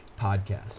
podcast